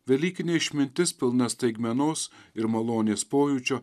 velykinė išmintis pilna staigmenos ir malonės pojūčio